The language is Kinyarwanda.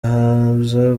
haza